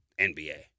NBA